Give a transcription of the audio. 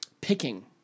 picking